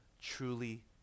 truly